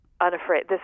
unafraid